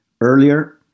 earlier